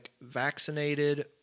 vaccinated